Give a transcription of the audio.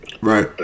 Right